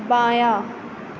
بایاں